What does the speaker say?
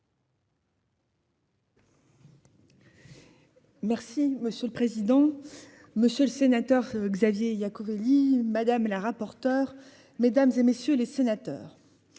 Merci monsieur le président, monsieur le sénateur Xavier Iacovelli madame la rapporteure mesdames et messieurs les sénateurs.